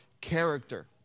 character